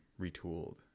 retooled